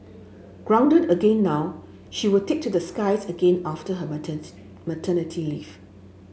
grounded again now she will take to the skies again after her maternity leave